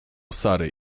sary